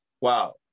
wow